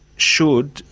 should,